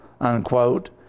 unquote